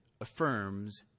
affirms